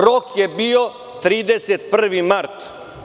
Rok je bio 31. mart.